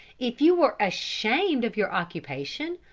if you were ashamed of your occupation,